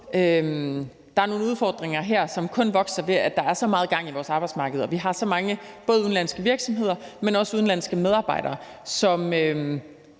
er også nogle udfordringer her, som kun vokser, ved at der er så meget gang i vores arbejdsmarked, og ved at vi både har så mange udenlandske virksomheder, men også udenlandske medarbejdere, som